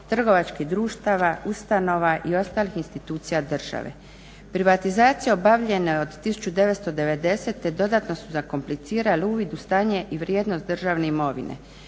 trgovačkih društava, ustanova i ostalih institucija države. Privatizacije obavljena od 1990. dodatno su zakomplicirale uvid u stanje i vrijednost državne imovine.